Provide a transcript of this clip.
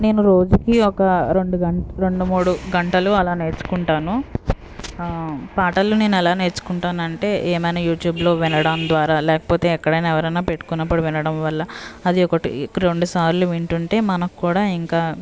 నేను రోజుకి ఒక రెండు గం రెండు మూడు గంటలు అలా నేర్చుకుంటాను అ పాటలు నేను ఎలా నేర్చుకుంటాను అంటే ఏమైనా యూట్యూబ్లో వినడం ద్వారా లేకపోతే ఎక్కడైనా ఎవరైనా పెట్టుకున్నప్పుడు వినడం వల్ల అది ఒకటి రెండు సార్లు వింటుంటే మనకి కూడా ఇంకా